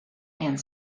and